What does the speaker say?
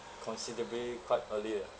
considerably quite early ah